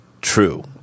true